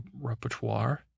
repertoire